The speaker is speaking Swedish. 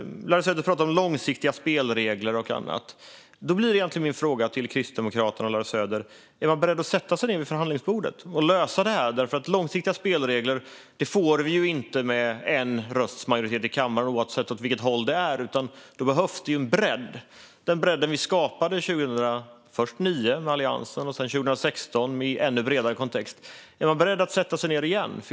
Larry Söder pratar om långsiktiga spelregler och annat. Min fråga till Kristdemokraterna och Larry Söder blir: Är man beredd att sätta sig ned vid förhandlingsbordet och lösa det här? Långsiktiga spelregler får vi inte med en rösts marginal i kammaren, oavsett åt vilket håll det är. Det behövs en bredd. Vi skapade en bredd först 2009 med Alliansen och sedan 2016 i en ännu bredare kontext. Är man beredd att sätta sig ned igen?